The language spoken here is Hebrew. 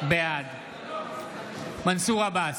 בעד מנסור עבאס,